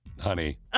honey